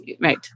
Right